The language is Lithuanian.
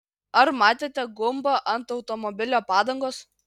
ar matėte gumbą ant automobilio padangos